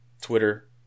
Twitter